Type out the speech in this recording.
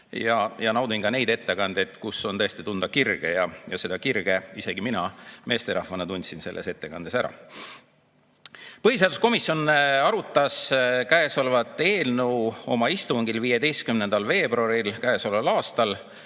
ja naudin neid ettekandeid, kus on tõesti tunda kirge, ja seda kirge isegi mina meesterahvana tundsin selles ettekandes. Põhiseaduskomisjon arutas käesolevat eelnõu oma istungil 15. veebruaril. Lisaks